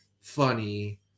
Funny